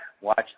watch